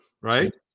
right